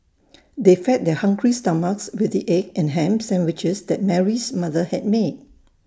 they fed their hungry stomachs with the egg and Ham Sandwiches that Mary's mother had made